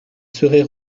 serait